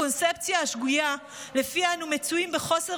הקונספציה השגויה שלפיה אנחנו מצויים בחוסר